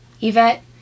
Yvette